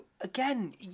Again